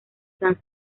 san